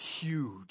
huge